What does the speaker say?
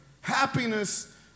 Happiness